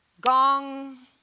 gong